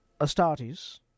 Astartes